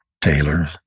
Taylor